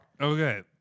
Okay